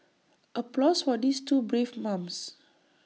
applause for these two brave mums